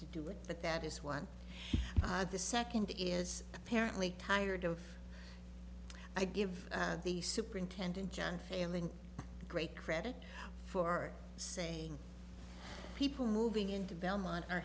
to do it but that is one of the second is apparently tired of i give the superintendent john feeling great credit for saying people moving into belmont